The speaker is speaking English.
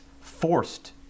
forced